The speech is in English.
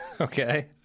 Okay